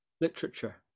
literature